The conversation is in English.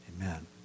Amen